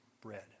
bread